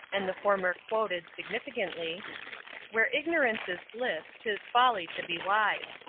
and the former quoted, significantly where ignorance is bliss, tis folly to be wise.